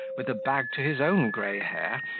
with a bag to his own grey hair,